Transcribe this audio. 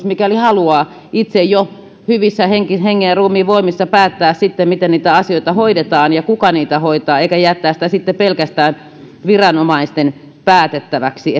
mikäli haluaa itse jo hyvissä hengen hengen ja ruumiin voimissa päättää miten asioita hoidetaan ja kuka niitä hoitaa eikä jättää sitä pelkästään viranomaisten päätettäväksi